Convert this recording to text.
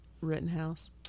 Rittenhouse